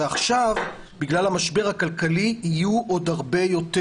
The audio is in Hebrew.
ועכשיו בגלל המשבר הכלכלי יהיו עוד הרבה יותר.